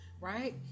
right